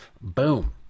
boom